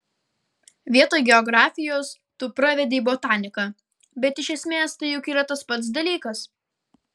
vietoj geografijos tu pravedei botaniką bet iš esmės tai juk yra tas pats dalykas